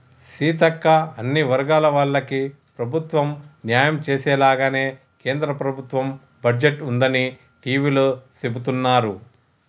సీతక్క అన్ని వర్గాల వాళ్లకి ప్రభుత్వం న్యాయం చేసేలాగానే కేంద్ర ప్రభుత్వ బడ్జెట్ ఉందని టివీలో సెబుతున్నారు